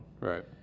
Right